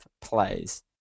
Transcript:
Plays